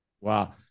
wow